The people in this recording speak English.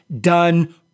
done